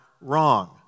wrong